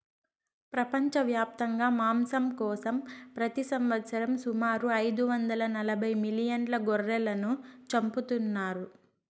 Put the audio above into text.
ప్రపంచవ్యాప్తంగా మాంసం కోసం ప్రతి సంవత్సరం సుమారు ఐదు వందల నలబై మిలియన్ల గొర్రెలను చంపుతున్నారు